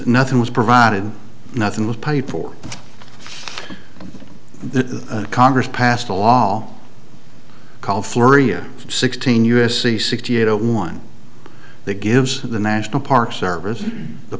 nothing was provided nothing was paid for the congress passed a law call floria sixteen u s c sixty eight zero one that gives the national park service the